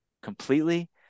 completely